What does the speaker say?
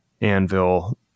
anvil